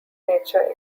nature